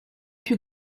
più